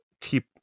keep